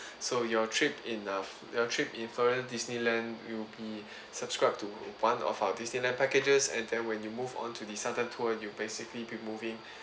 so your trip in uh your trip in florida disneyland will be subscribed to one of our disneyland packages and then when you move on to the southern tour you basically will be moving